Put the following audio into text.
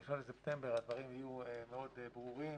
שב-1 בספטמבר הדברים יהיו מאוד ברורים